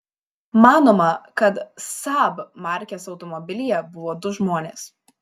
manoma kad saab markės automobilyje buvo du žmonės